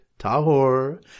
Tahor